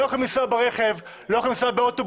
לא יכולים לנסוע ברכב, לא יכולים לנסוע באוטובוס,